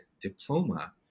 Diploma